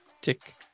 tick